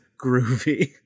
groovy